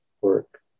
work